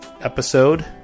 episode